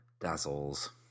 dazzles